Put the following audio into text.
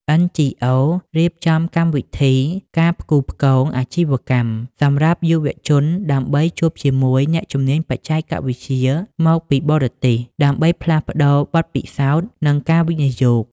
NGOs រៀបចំកម្មវិធី "ការផ្គូផ្គងអាជីវកម្ម" សម្រាប់យុវជនដើម្បីជួបជាមួយអ្នកជំនាញបច្ចេកវិទ្យាមកពីបរទេស ដើម្បីផ្លាស់ប្តូរបទពិសោធន៍ និងការវិនិយោគ។